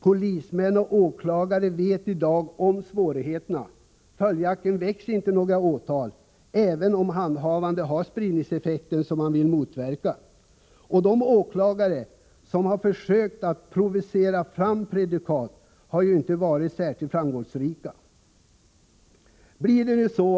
Polismän och åklagare vet i dag om svårigheterna. Följaktligen väcks inte några åtal, även om handhavandet har spridningseffekter, något som man vill motverka. De åklagare som har försökt att provocera fram prejudikat har ju inte varit särskilt framgångsrika.